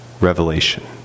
revelation